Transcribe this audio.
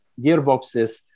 gearboxes